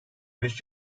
beş